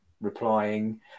replying